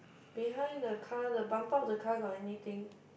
behind the car the bumper of the car got anything